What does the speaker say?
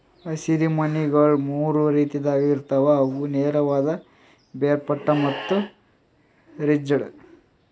ಹಸಿರು ಮನಿಗೊಳ್ ಮೂರು ರೀತಿದಾಗ್ ಇರ್ತಾವ್ ಅವು ನೇರವಾದ, ಬೇರ್ಪಟ್ಟ ಮತ್ತ ರಿಡ್ಜ್